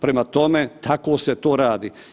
Prema tome, tako se to radi.